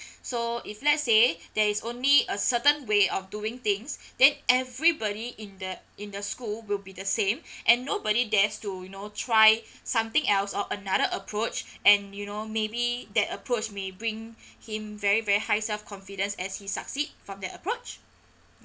so if let's say there is only a certain way of doing things then everybody in the in the school will be the same and nobody dares to you know try something else or another approach and you know maybe that approach may bring him very very high self confidence as he succeed from the approach